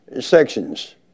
sections